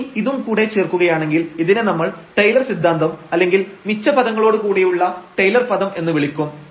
ഇനി ഇതും കൂടെ ചേർക്കുകയാണെങ്കിൽ ഇതിനെ നമ്മൾ ടൈലർ സിദ്ധാന്തം അല്ലെങ്കിൽ മിച്ച പദങ്ങളോട് കൂടെയുള്ള ടൈലർ പദം എന്ന് വിളിക്കും